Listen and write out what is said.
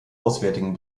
auswärtigen